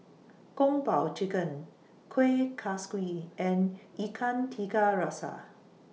Kung Po Chicken Kuih Kaswi and Ikan Tiga Rasa